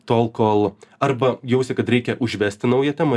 tol kol arba jausi kad reikia užvesti naują temą